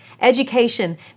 education